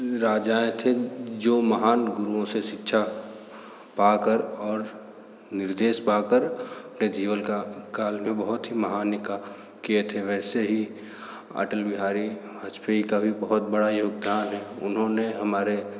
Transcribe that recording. राजाएं थे जो महान गुरुओं से शिक्षा पा कर और निर्देश पा कर अपने जीवन काल में बहुत ही महान काम किए थे वैसे ही अटल बिहारी वाजपेई का भी बहुत बड़ा योगदान उन्होंने हमारे